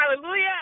Hallelujah